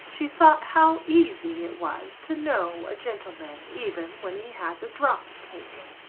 she thought how easy it was to know a gentleman even when he has a drop taken.